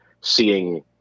seeing